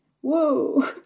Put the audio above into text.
Whoa